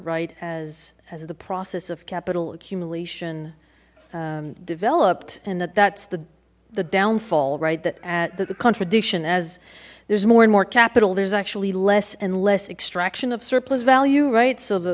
right as as the process of capital accumulation developed and that that's the the downfall right that the contradiction as there's more and more capital there's actually less and less extraction of surplus value right so th